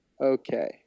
Okay